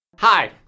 Hi